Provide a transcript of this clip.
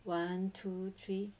one two three